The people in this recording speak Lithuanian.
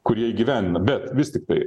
kurie įgyvendina bet vis tiktai